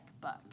book